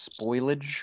spoilage